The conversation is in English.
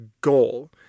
goal